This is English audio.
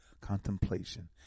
contemplation